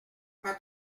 pas